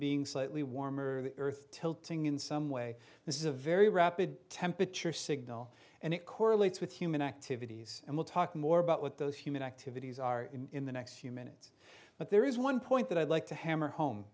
being slightly warmer earth tilting in some way this is a very rapid temperature signal and it correlates with human activities and we'll talk more about what those human activities are in the next few minutes but there is one point that i'd like to hammer home